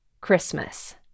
Christmas